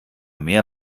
mehr